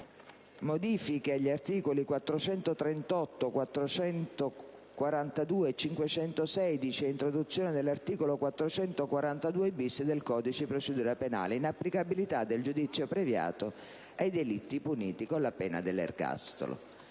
«Modifiche agli articoli 438, 442 e 516 e introduzione dell'articolo 442‑*bis* del codice di procedura penale. Inapplicabilità del giudizio abbreviato ai delitti puniti con la pena dell'ergastolo».